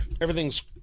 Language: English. everything's